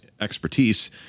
expertise